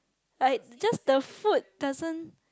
like just the food doesn't